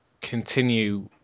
continue